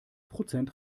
prozent